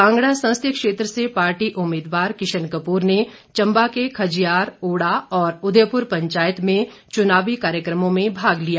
कांगड़ा संसदीय क्षेत्र से पार्टी उम्मीदवार किशन कप्र ने चंबा के खजियार ओड़ा और उदयपुर पंचायत में चुनावी कार्यक्रमों में भाग लिया